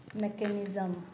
mechanism